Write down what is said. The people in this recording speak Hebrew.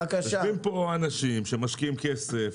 יושבים פה אנשים שמשקיעים כסף,